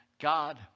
God